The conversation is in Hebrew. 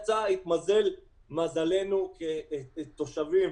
התמזל מזלנו כתושבים